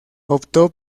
optó